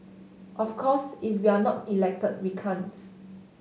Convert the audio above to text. of course if we're not elected we can't